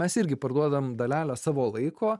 mes irgi parduodam dalelę savo laiko